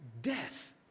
death